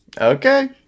Okay